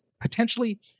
potentially